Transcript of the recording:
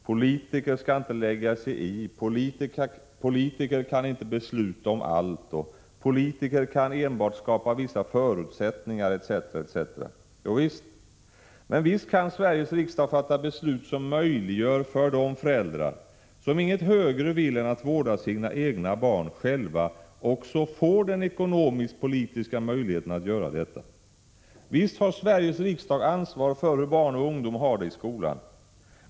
Politiker skall inte lägga sig i. Politiker kan inte besluta om allt. Politiker kan enbart skapa vissa förutsättningar etc. etc. Jo visst! Men visst kan Sveriges riksdag fatta beslut, som möjliggör att de föräldrar som inget högre vill än att vårda sina egna barn själva också får den ekonomisk-politiska möjligheten att göra detta. Visst har Sveriges riksdag ansvar för hur barn och ungdom har det i skolan.